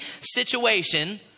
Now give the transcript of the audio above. situation